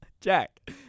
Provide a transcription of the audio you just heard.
Jack